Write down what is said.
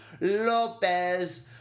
Lopez